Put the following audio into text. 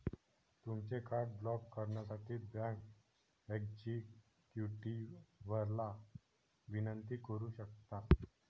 तुमचे card block करण्यासाठी bank एक्झिक्युटिव्हला विनंती करू शकता